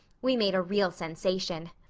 we made a real sensation.